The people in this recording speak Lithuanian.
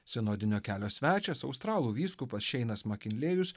sinodinio kelio svečias australų vyskupas šeinas makinlėjus